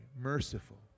merciful